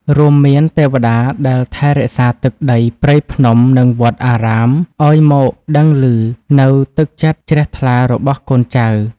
រួមមានទេវតាដែលថែរក្សាទឹកដី ព្រៃភ្នំ និងវត្តអារាម ឱ្យមកដឹងឮនូវទឹកចិត្តជ្រះថ្លារបស់កូនចៅ។